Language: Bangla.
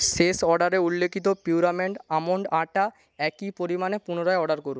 শেষ অর্ডারে উল্লিখিত পিউরামেট আমন্ড আটা একই পরিমাণে পুনরায় অর্ডার করুন